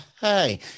hey